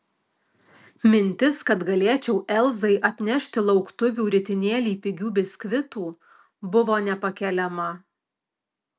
mintis kad galėčiau elzai atnešti lauktuvių ritinėlį pigių biskvitų buvo nepakeliama